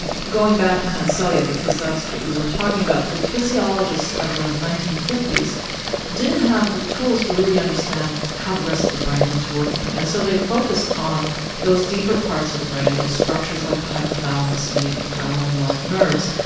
ah going back to hans selye, because that's what we were talking about, the physiologists of the nineteen fifty s didn't have the tools to really understand how the rest of the brain was working, and so they focused on those deeper parts of the brain, those structures like the hypothalamus and the adrenalin-like nerves,